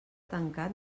tancat